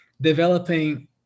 developing